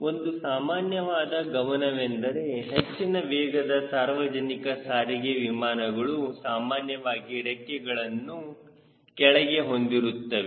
ಒಂದು ಸಾಮಾನ್ಯವಾದ ಗಮನವೆಂದರೆ ಹೆಚ್ಚಿನ ವೇಗದ ಸಾರ್ವಜನಿಕ ಸಾರಿಗೆ ವಿಮಾನಗಳು ಸಾಮಾನ್ಯವಾಗಿ ರೆಕ್ಕೆಗಳನ್ನು ಕೆಳಗೆ ಹೊಂದಿರುತ್ತವೆ